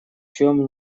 чем